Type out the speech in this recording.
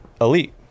elite